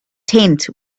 tent